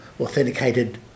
authenticated